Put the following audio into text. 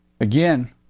Again